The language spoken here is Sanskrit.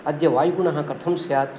अद्य वायुगुणः कथं स्यात्